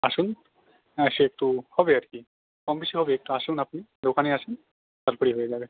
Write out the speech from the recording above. আসুন হ্যাঁ সে একটু হবে আর কি কম বেশি হবে একটু আসুন আপনি দোকানেই আসুন তার পরে ইয়ে হয়ে যাবে